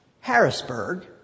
Harrisburg